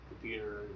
computer